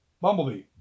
Bumblebee